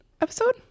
episode